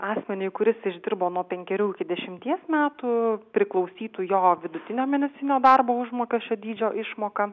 asmeniui kuris išdirbo nuo penkerių iki dešimties metų priklausytų jo vidutinio mėnesinio darbo užmokesčio dydžio išmoka